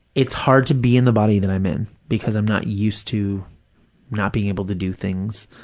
it's hard to be in the body that i'm in, because i'm not used to not being able to do things.